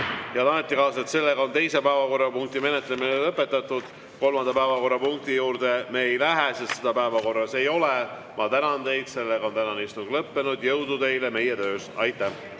Head ametikaaslased, teise päevakorrapunkti menetlemine on lõpetatud. Kolmanda päevakorrapunkti juurde me ei lähe, sest seda päevakorras ei ole. Ma tänan teid. Sellega on tänane istung lõppenud. Jõudu teile meie töös! Aitäh!